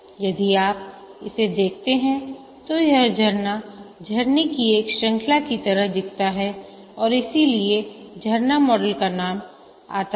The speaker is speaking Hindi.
यदि आप इसे देखते हैं तो यह झरना झरने की एक श्रृंखला की तरह दिखता है और इसी लिए झरना मॉडल का नाम आता है